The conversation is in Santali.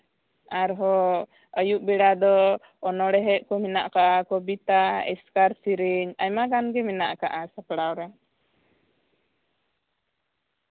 ᱟᱨᱦᱚᱸ ᱟᱭᱩᱯ ᱵᱮᱲᱟ ᱫᱚ ᱚᱱᱚᱬᱦᱮᱸ ᱠᱚ ᱢᱮᱱᱟᱜ ᱟᱠᱟᱫᱼᱟ ᱠᱚᱵᱤᱛᱟ ᱮᱥᱠᱟᱨ ᱥᱤᱨᱤᱧ ᱟᱭᱢᱟ ᱜᱟᱱ ᱢᱮᱱᱟᱜ ᱟᱠᱟᱜᱼᱟ ᱥᱟᱯᱲᱟᱣ ᱨᱮ